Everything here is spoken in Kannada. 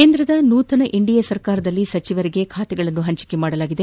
ಕೇಂದ್ರದ ನೂತನ ಎನ್ಡಿಎ ಸರ್ಕಾರದಲ್ಲಿ ಸಚಿವರಿಗೆ ಖಾತೆ ಹಂಚಿಕೆ ಮಾಡಲಾಗಿದೆ